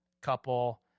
couple